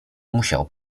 musiał